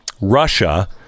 Russia